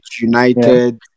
United